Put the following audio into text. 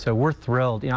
so we're thrilled. yeah